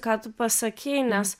ką tu pasakei nes